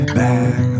back